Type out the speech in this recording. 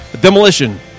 Demolition